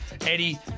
Eddie